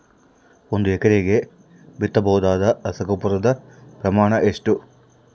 ಒಂದು ಎಕರೆಗೆ ಬಿತ್ತಬಹುದಾದ ರಸಗೊಬ್ಬರದ ಪ್ರಮಾಣ ಎಷ್ಟು?